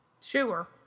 Sure